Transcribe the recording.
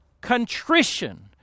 contrition